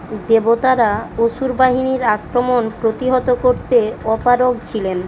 দেবতারা অসুর বাহিনীর আক্রমণ প্রতিহত করতে অপারগ ছিলেন